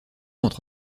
entre